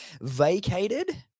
vacated